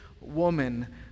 woman